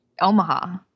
Omaha